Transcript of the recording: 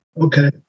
Okay